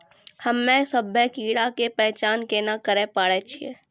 हम्मे सभ्भे कीड़ा के पहचान केना करे पाड़ै छियै?